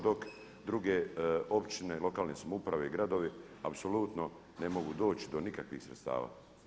Dok druge općine, lokalne samouprave i gradovi apsolutno ne mogu doći do nikakvih sredstava.